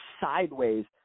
sideways